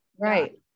Right